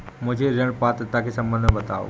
मुझे ऋण पात्रता के सम्बन्ध में बताओ?